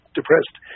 depressed